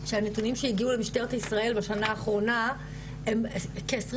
שהנתונים שהגיעו למשטרת ישראל בשנה האחרונה הם כ-20